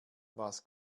was